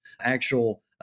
actual